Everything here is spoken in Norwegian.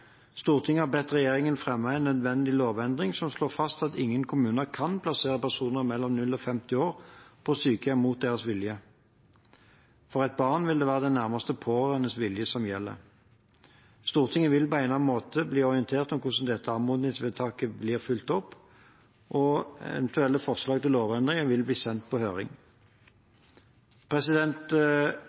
Stortinget har bedt regjeringen fremme en nødvendig lovendring som slår fast at ingen kommuner kan plassere personer mellom 0 og 50 år på sykehjem mot deres vilje. For et barn vil det være den nærmeste pårørendes vilje som gjelder. Stortinget vil på egnet måte bli orientert om hvordan dette anmodningsvedtaket blir fulgt opp, og eventuelle forslag til lovendringer vil bli sendt på høring.